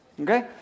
okay